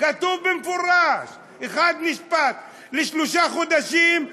כתוב במפורש: נשפט לשלושה חודשים,